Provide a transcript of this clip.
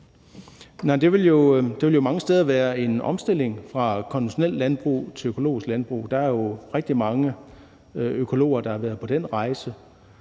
det ville jo mange steder være en omstilling fra konventionelt landbrug til økologisk landbrug. Der er jo rigtig mange økologer, der har været på den rejse.